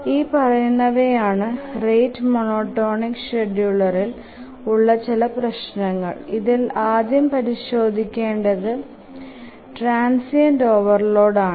ഈ പറയുന്നവയാണ് rate monotonic ഷ്ഡ്യൂളിങ്ഇൽ ഉള്ള ചില പ്രശ്നങ്ങൾ ഇതിൽ ആദ്യം പരിശോധിക്കേണ്ടത് ട്രാന്സിറ്ന്റ് ഓവർലോഡ് ആണ്